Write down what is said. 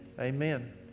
Amen